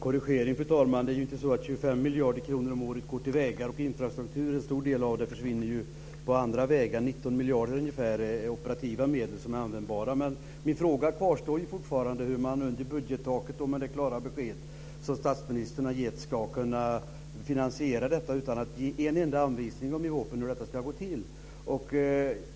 Fru talman! En korrigering. Det är inte så att 25 miljarder kronor om året går till vägar och infrastruktur. En stor del av dem försvinner på andra vägar. Ungefär 19 miljarder är operativa medel som är användbara. Men min fråga kvarstår fortfarande: Hur ska man kunna finansiera detta, med det klara besked som statsministern har gett om att det ska ligga under budgettaket? I VÅP:en har man inte gett en enda anvisning om hur detta ska gå till.